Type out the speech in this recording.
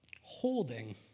holding